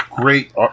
Great